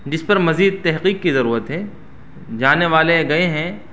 جس پر مزید تحقیق کی ضرورت ہے جانے والے گئے ہیں